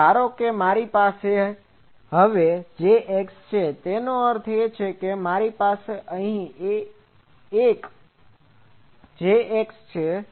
તો ધારો કે મારી પાસે Jx છે તેનો અર્થ છે અને મારી પાસે અહીં એક Jx છે